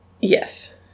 Yes